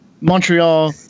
Montreal